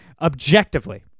objectively—